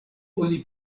oni